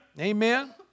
Amen